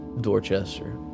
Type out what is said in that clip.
Dorchester